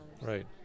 Right